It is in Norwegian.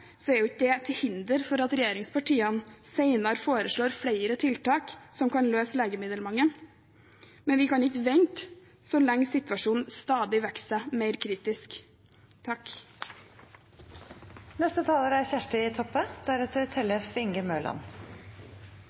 er ikke det til hinder for at regjeringspartiene senere kan foreslå flere tiltak som kan løse legemiddelmangelen. Men vi kan ikke vente, så lenge situasjonen stadig vokser seg mer kritisk. Det er